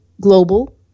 Global